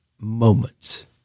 moments